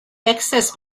excess